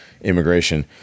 immigration